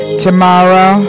tomorrow